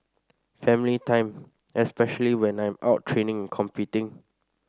family time especially when I'm out training and competing